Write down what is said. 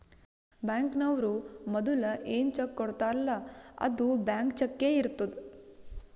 ಬ್ಯಾಂಕ್ನವ್ರು ಮದುಲ ಏನ್ ಚೆಕ್ ಕೊಡ್ತಾರ್ಲ್ಲಾ ಅದು ಬ್ಲ್ಯಾಂಕ್ ಚಕ್ಕೇ ಇರ್ತುದ್